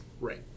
Right